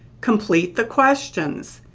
complete the questions.